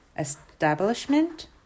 Establishment